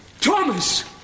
Thomas